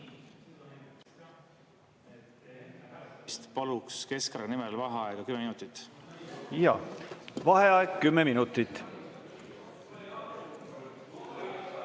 Paluks Keskerakonna nimel vaheaega kümme minutit. Jaa. Vaheaeg kümme minutit.V